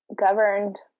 governed